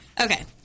Okay